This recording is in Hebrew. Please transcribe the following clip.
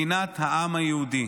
מדינת העם היהודי.